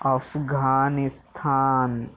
Afghanistan